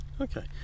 Okay